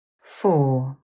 four